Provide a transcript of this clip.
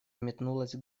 метнулась